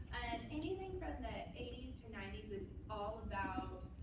and anything from the eighty s to ninety s is all about